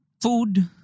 Food